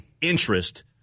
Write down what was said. interest